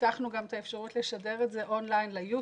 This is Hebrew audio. פיתחנו גם את האפשרות לשדר את זה אונליין ל"יוטיוב".